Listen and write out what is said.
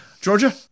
Georgia